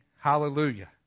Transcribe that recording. Hallelujah